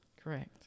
Correct